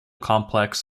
complex